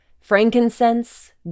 frankincense